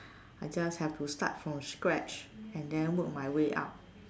I just have to start from scratch and then work my way up